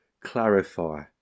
clarify